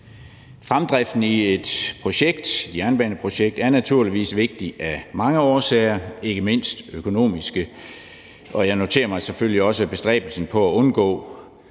Fremdriften i et jernbaneprojekt er naturligvis vigtigt af mange årsager, ikke mindst økonomiske, og jeg noterer mig selvfølgelig også, at i bestræbelsen på i den